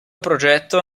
progetto